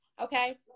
Okay